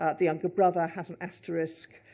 ah the younger brother, has an asterisk,